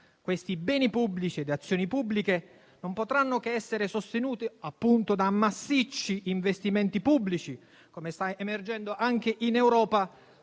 Questi beni pubblici e queste azioni pubbliche non potranno che essere sostenute da massicci investimenti pubblici, come sta emergendo anche in Europa